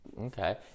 Okay